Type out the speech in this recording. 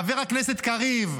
חבר הכנסת קריב,